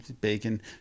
bacon